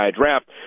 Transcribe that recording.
draft